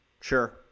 Sure